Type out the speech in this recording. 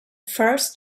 first